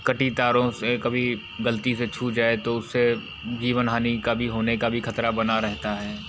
कटी तारों से कभी गलती से छू जाए तो उसे जीवन हानी कभी होने का भी खतरा बना रहता है